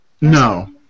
No